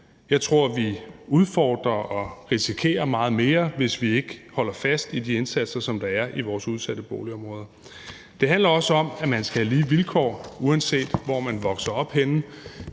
Jeg tror, at vi udfordrer og risikerer meget mere, hvis vi ikke holder fast i de indsatser, der gøres i vores udsatte boligområder. Det handler også om, at man skal have lige vilkår, uanset hvor man vokser op henne.